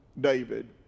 David